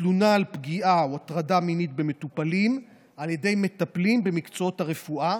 בתלונה על פגיעה או הטרדה מינית במטופלים על ידי מטפלים במקצועות הרפואה